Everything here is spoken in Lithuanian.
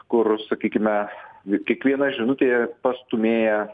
kur sakykime ir kiekviena žinutė pastūmėja